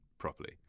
properly